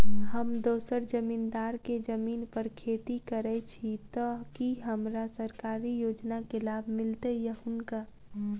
हम दोसर जमींदार केँ जमीन पर खेती करै छी तऽ की हमरा सरकारी योजना केँ लाभ मीलतय या हुनका?